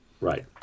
Right